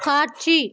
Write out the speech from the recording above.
காட்சி